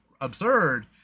absurd